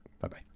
Bye-bye